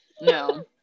No